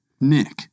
Nick